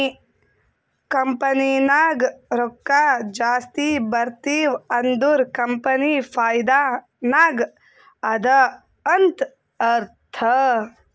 company ನಾಗ್ ರೊಕ್ಕಾ ಜಾಸ್ತಿ ಬರ್ತಿವ್ ಅಂದುರ್ ಕಂಪನಿ ಫೈದಾ ನಾಗ್ ಅದಾ ಅಂತ್ ಅರ್ಥಾ